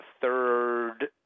third